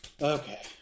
Okay